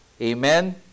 amen